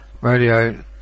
Radio